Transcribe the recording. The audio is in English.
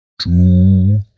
Two